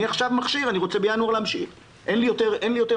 אני עכשיו מכשיר ובינואר אני רוצה להמשיך ואין לי יותר משאבים.